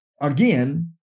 Again